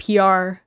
PR